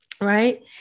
right